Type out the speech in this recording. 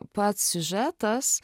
pats siužetas